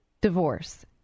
divorce